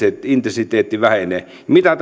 intensiteetti vähenee mitä